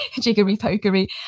jiggery-pokery